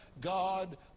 God